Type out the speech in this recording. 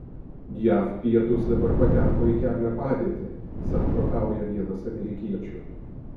jav pietūs dabar pateko į keblią padėtį samprotauja vienas amerikiečių